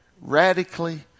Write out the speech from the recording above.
Radically